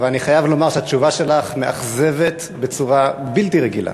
אבל אני חייב לומר שהתשובה שלך מאכזבת בצורה בלתי רגילה,